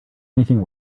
anything